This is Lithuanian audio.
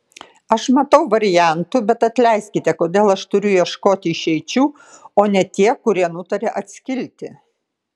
aš matau variantų bet atleiskite kodėl aš turiu ieškoti išeičių o ne tie kurie nutarė atskilti